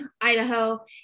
Idaho